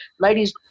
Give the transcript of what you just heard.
ladies